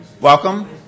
Welcome